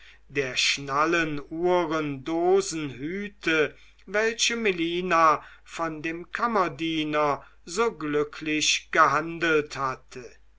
der schnallen uhren dosen hüte welche melina von dem kammerdiener so glücklich gehandelt hatte